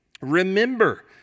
Remember